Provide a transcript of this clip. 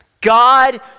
god